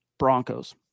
Broncos